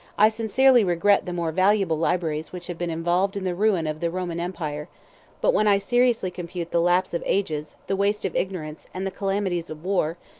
i sincerely regret the more valuable libraries which have been involved in the ruin of the roman empire but when i seriously compute the lapse of ages, the waste of ignorance, and the calamities of war,